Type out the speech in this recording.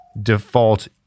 default